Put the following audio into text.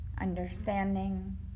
understanding